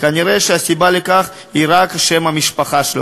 כנראה הסיבה לכך היא רק שם המשפחה שלו,